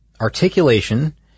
articulation